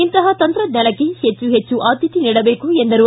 ಇಂತಹ ತಂತ್ರಜ್ಞಾನಕ್ಕೆ ಹೆಚ್ಚು ಆದ್ಯತೆ ನೀಡಬೇಕು ಎಂದರು